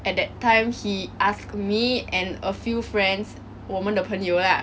at that time he asked me and a few friends 我们的朋友 lah